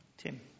Tim